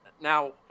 Now